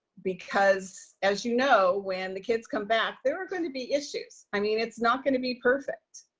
because as you know when the kids come back, there are gonna be issues. i mean it's not gonna be perfect.